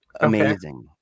amazing